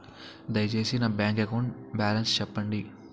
దయచేసి నా bank account balance చెప్పండి